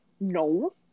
no